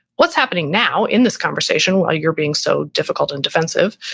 what's happening now in this conversation while you're being so difficult and defensive,